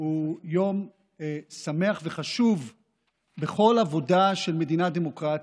הוא יום שמח וחשוב בכל עבודה של מדינה דמוקרטית.